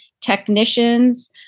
technicians